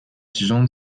集中